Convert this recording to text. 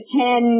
ten